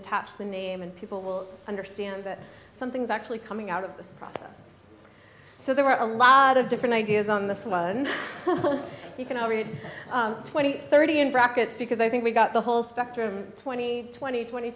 attach the name and people will understand that something's actually coming out of this process so there are a lot of different ideas on the we can all read twenty thirty in brackets because i think we've got the whole spectrum twenty twenty twenty